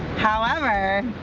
however.